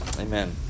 Amen